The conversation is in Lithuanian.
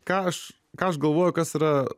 ką aš ką aš galvoju kas yra